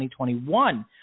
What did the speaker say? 2021